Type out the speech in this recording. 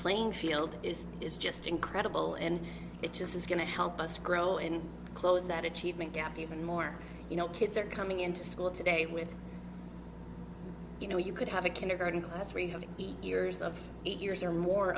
playing field is is just incredible and it just is going to help us grow in close that achievement gap even more you know kids are coming into school today with you know you could have a kindergarten class where you have eight years of eight years or more